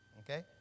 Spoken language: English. Okay